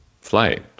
flight